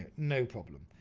no problem